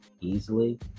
easily